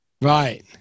right